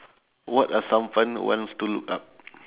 what are some fun ones to look up